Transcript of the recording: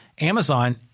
Amazon